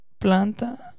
planta